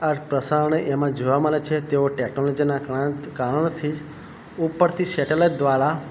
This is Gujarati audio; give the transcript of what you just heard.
આ પ્રસારણ એમાં જોવા મળે છે તેઓ ટેકનોલોજીના કારણથી જ ઉપરથી સેટેલાઈટ દ્વારા